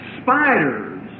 Spiders